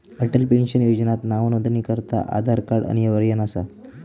Atal pension योजनात नावनोंदणीकरता आधार अनिवार्य नसा